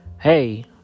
hey